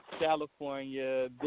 California